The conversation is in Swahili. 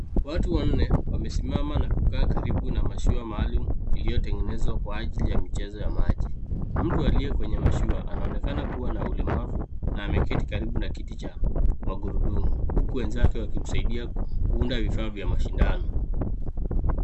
Watu wanne wamesimama na kukaa karibu na mashua maalum iliotengenezwa kwa ajili ya michezo ya maji, mtu aliye kwenye mashua anaonekana kuwa na ulemavu na ameketi karibu na kiti cha magurudumu huku wenzake wakimsaidia kuunda vifaa vya mashindano.